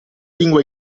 lingua